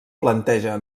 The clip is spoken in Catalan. planteja